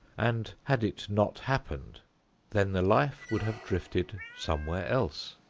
and had it not happened then the life would have drifted somewhere else.